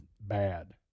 bad